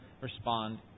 respond